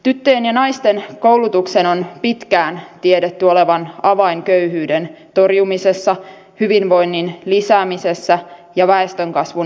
tyttöjen ja naisten koulutuksen on pitkään tiedetty olevan avain köyhyyden torjumisessa hyvinvoinnin lisäämisessä ja väestönkasvun hillitsemisessä